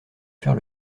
faire